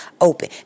Open